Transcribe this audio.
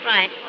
Right